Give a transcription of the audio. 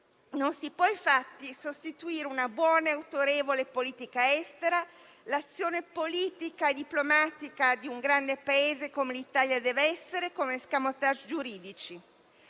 Non si possono infatti sostituire una buona e autorevole politica estera e l'azione politica e diplomatica di un grande Paese, come l'Italia dev'essere, con *escamotage* giuridici.